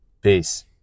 Peace